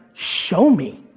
show me.